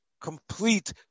complete